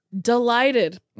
delighted